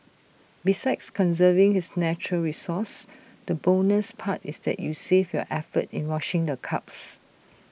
besides conserving this natural resource the bonus part is that you save your effort in washing the cups